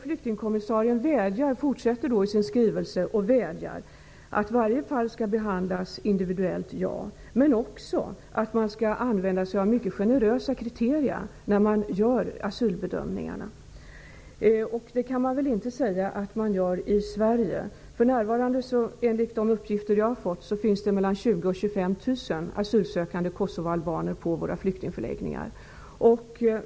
Flyktingkommissarien fortsätter i sin skrivelse att vädja om att varje fall skall behandlas individuellt -- ja -- men också att mycket generösa kriterier skall användas vid asylbedömningarna. Det kan man väl inte säga att vi gör i Sverige. Enligt de uppgifter som jag har fått finns det för närvarande 20 000-- 25 000 asylsökande kosovoalbaner på våra flyktingförläggningar.